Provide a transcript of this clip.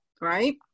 right